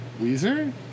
Weezer